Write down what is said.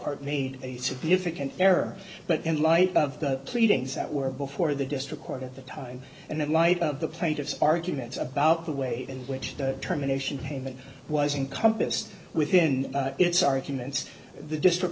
made a significant error but in light of the pleadings that were before the district court at the time and in light of the plaintiff's arguments about the way in which the terminations payment was in compassed within its arguments the district